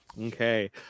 Okay